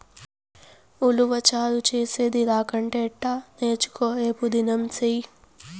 ఉలవచారు చేసేది రాకంటే ఎట్టా నేర్చుకో రేపుదినం సెయ్యి